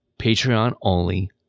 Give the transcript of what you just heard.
Patreon-only